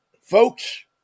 folks